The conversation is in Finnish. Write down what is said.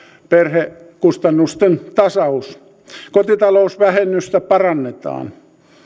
perhekustannusten tasaus kotitalousvähennystä parannetaan